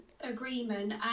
agreement